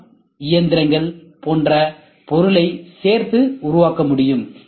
M இயந்திரங்கள் போன்ற பொருளை சேர்த்து உருவாக்க முடியும்